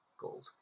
Gold